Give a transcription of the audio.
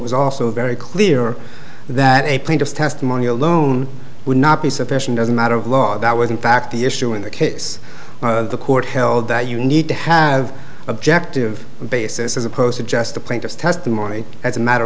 was also very clear that a plaintiff testimony alone would not be sufficient doesn't matter of law that was in fact the issue in the case the court held that you need to have objective basis as opposed to just the plaintiff's testimony as a matter